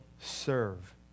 serve